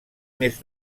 més